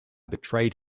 betrayed